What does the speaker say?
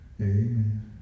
Amen